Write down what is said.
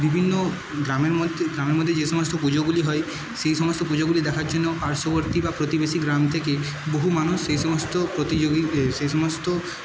বিভিন্ন গ্রামের মধ্যে গ্রামের মধ্যে যে সমস্ত পুজোগুলি হয় সেই সমস্ত পুজোগুলি দেখার জন্য পার্শ্ববর্তী বা প্রতিবেশী গ্রাম থেকে বহু মানুষ সেই সমস্ত প্রতিযোগী সেই সমস্ত